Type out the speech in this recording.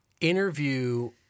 interview